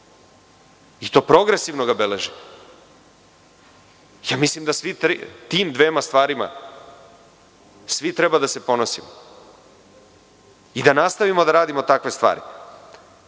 i to progresivno ga beleži. Mislim da tim dvema stvarima svi treba da se ponosimo i da nastavimo da radimo takve stvari,